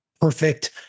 perfect